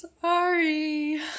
sorry